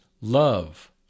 love